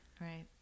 right